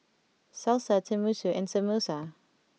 Salsa Tenmusu and Samosa